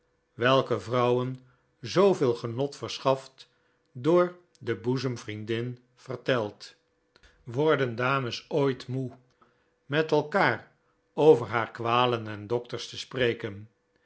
welke vrouwen zooveel genot verschaft door de boezemvriendin verteld worden dames ooit moe met elkaar over haar kwalen en dokters te spreken